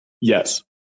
Yes